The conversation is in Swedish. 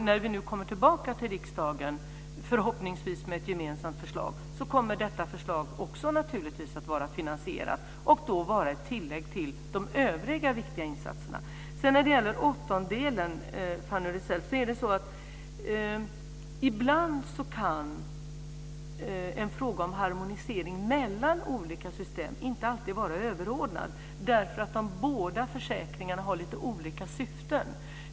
När vi nu kommer tillbaka till riksdagen, förhoppningsvis med ett gemensamt förslag, kommer detta förslag naturligtvis också att vara finansierat och ett tillägg till de övriga viktiga insatserna. När det gäller åttondelen, Fanny Rizell, är det så att ibland kan en fråga om harmonisering mellan olika system inte alltid vara överordnad, därför att de båda försäkringarna har lite olika syften.